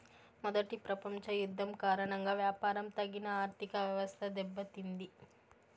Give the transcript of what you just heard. మొదటి ప్రపంచ యుద్ధం కారణంగా వ్యాపారం తగిన ఆర్థికవ్యవస్థ దెబ్బతింది